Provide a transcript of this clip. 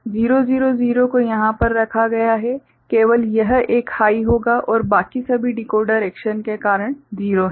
000 को यहाँ पर रखा गया है केवल यह एक हाइ होगा और बाकी सभी डिकोडर एक्शन के कारण 0 हैं